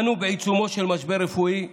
אנו בעיצומו של משבר רפואי וכלכלי,